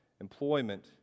employment